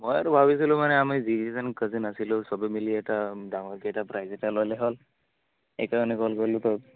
মই আৰু ভাবিছিলোঁ মানে আমি যিকেইজন কাজিন আছিলোঁ সবে মিলি এটা ডাঙৰকৈ এটা প্ৰাইজ এটা ল'লে হ'ল এইকাৰণে কল কৰিলোঁ তোক